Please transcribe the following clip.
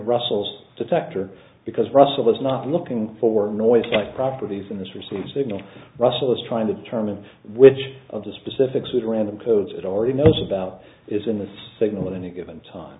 russell's detector because russell is not looking for noise like properties in this receiver signal russell is trying to determine which of the specific pseudorandom codes it already knows about is in the signal at any given time